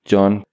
John